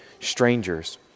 strangers